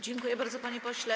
Dziękuję bardzo, panie pośle.